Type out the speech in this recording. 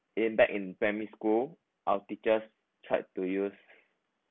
in back in primary school our teachers tried to use